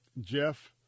Jeff